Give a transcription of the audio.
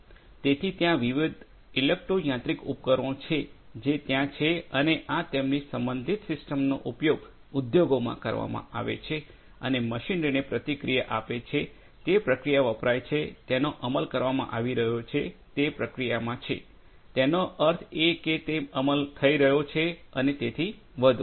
તેથી ત્યાં વિવિધ ઇલેક્ટ્રો યાંત્રિક ઉપકરણો છે જે ત્યાં છે અને આ તેમની સંબંધિત સિસ્ટમ્સનો ઉપયોગ ઉદ્યોગોમાં કરવામાં આવે છે અને મશીનરીને પ્રતિક્રિયા આપે છે તે પ્રક્રિયા વપરાય છે તેનો અમલ કરવામાં આવી રહ્યો છે તે પ્રક્રિયામાં છે તેનો અર્થ એ કે તે અમલ થઈ રહ્યો છે અને તેથી વધુ